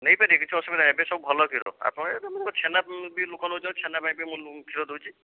ନେଇପାରିବେ କିଛି ଅସୁବିଧା ନାଇଁ ଏବେ ସବୁ ଭଲ କ୍ଷୀର ଆପଣ ଏଇଟା ମାନେ ଛେନା ବି ଲୋକ ନେଉଛନ୍ତି ଛେନା ପାଇଁ ବି ମୁଁ କ୍ଷୀର ଦେଉଛି